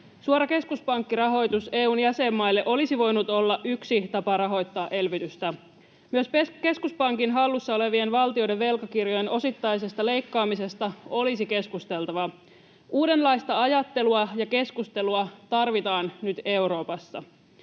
Suora keskuspankkirahoitus EU:n jäsenmaille olisi voinut olla yksi tapa rahoittaa elvytystä. Myös keskuspankin hallussa olevien valtioiden velkakirjojen osittaisesta leikkaamisesta olisi keskusteltava. Uudenlaista ajattelua ja keskustelua tarvitaan nyt Euroopassa.